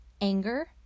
anger